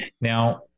Now